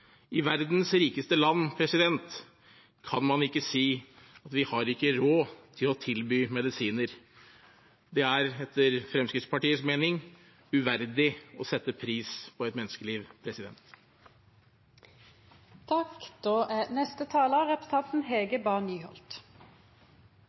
I verdens rikeste land kan man ikke si at vi ikke har råd til å tilby medisiner. Det er etter Fremskrittspartiets mening uverdig å sette en pris på et menneskeliv.